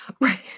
Right